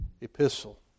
epistle